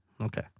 Okay